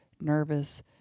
nervous